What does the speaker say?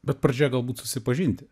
bet pradžioje galbūt susipažinti